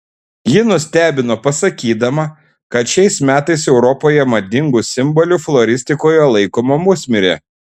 ji nustebino pasakydama kad šiais metais europoje madingu simboliu floristikoje laikoma musmirė